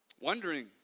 wondering